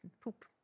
poop